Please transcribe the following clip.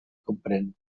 comprèn